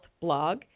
Blog